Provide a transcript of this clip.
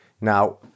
Now